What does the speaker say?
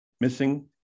missing